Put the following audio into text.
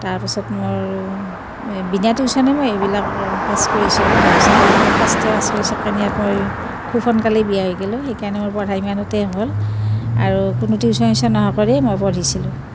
তাৰপিছত মোৰ বিনা টিউশ্যনেই মই এইবিলাক পাছ কৰিছিলোঁ হায়াৰ চেকেণ্ডেৰীটো ফাৰ্ষ্ট ইয়াৰ পাছ কৰিছোঁ চেকেণ্ড ইয়াৰত মই খুব সোনকালেই বিয়া হৈ গ'লোঁ সেইকাৰণে মোৰ পঢ়া ইমানতেই হ'ল আৰু কোনো টিউশ্যন চিউশ্যন নোহোৱাকৈ মই পঢ়িছিলোঁ